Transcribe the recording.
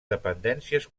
dependències